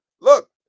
Look